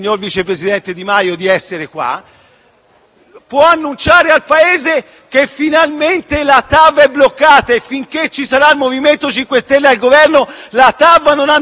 possa annunciare al Paese che finalmente la TAV è bloccata e finché ci sarà il MoVimento 5 Stelle al Governo essa non andrà avanti. Lo stesso giorno,